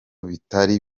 bitari